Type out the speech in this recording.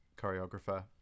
choreographer